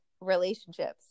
relationships